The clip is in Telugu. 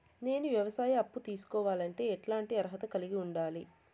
నేను వ్యవసాయ అప్పు తీసుకోవాలంటే ఎట్లాంటి అర్హత కలిగి ఉండాలి?